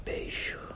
Beijo